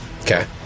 Okay